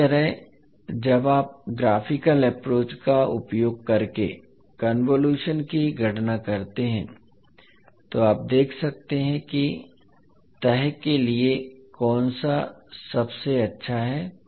इसी तरह जब आप ग्राफ़िकल एप्रोच का उपयोग करके कन्वोलुशन की गणना करते हैं तो आप देख सकते हैं कि तह के लिए कौन सा सबसे अच्छा है